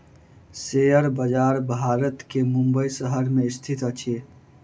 share बजार भारत के मुंबई शहर में स्थित अछि